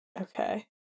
Okay